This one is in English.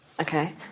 Okay